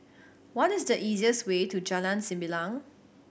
what is the easiest way to Jalan Sembilang